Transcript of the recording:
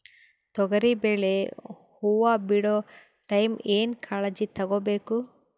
ತೊಗರಿಬೇಳೆ ಹೊವ ಬಿಡ ಟೈಮ್ ಏನ ಕಾಳಜಿ ತಗೋಬೇಕು?